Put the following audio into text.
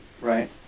right